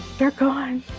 they are gone.